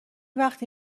وقتی